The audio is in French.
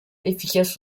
efficace